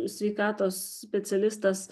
sveikatos specialistas